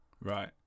Right